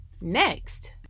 Next